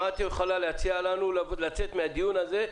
מה את יכולה להציע לנו כדי לצאת מהדיון הזה?